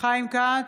חיים כץ,